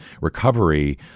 recovery